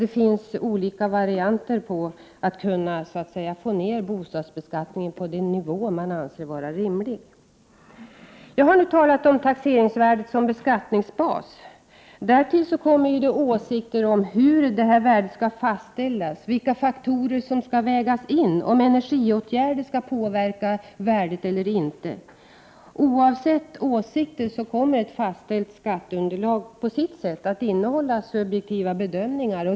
Det finns alltså olika alternativ för att få ned skatten på bostäder till den nivå man anser vara rimlig. Jag har nu talat om taxeringsvärdet som beskattningsbas. Därtill kommer åsikterna om hur detta värde skall fastställas och vilka faktorer som skall vägas in, t.ex. om energiåtgärder skall påverka värdet eller inte. Oavsett åsikter kommer ett fastställt skatteunderlag på sitt sätt att innehålla subjektiva bedömningar.